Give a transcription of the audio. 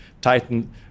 tighten